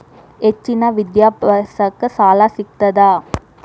ಹೆಚ್ಚಿನ ವಿದ್ಯಾಭ್ಯಾಸಕ್ಕ ಸಾಲಾ ಸಿಗ್ತದಾ?